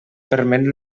permet